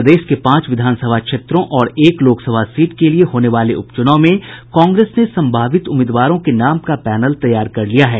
प्रदेश के पांच विधानसभा क्षेत्रों और एक लोकसभा सीट के लिए होने वाले उपचुनाव में कांग्रेस ने संभावित उम्मीदवारों के नाम का पैनल तैयार कर लिया है